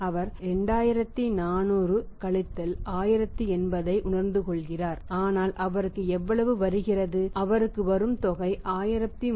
அவர் 2400 1080 ஐ உணர்ந்துகொள்கிறார் அதனால் அவருக்கு எவ்வளவு வருகிறது அவருக்கு வரும் தொகை 1320